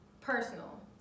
personal